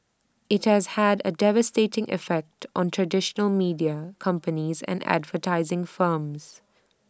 IT has had A devastating effect on traditional media companies and advertising firms